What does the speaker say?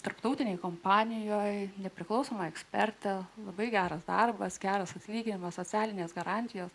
tarptautinėje kompanijoje nepriklausoma ekspertė labai geras darbas geras atlyginimas socialinės garantijos